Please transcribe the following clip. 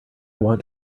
want